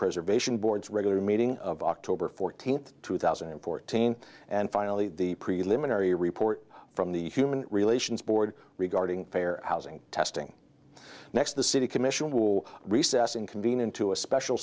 preservation board's regular meeting of october fourteenth two thousand and fourteen and finally the preliminary report from the human relations board regarding fair housing testing next the city commission will recess and convene into a special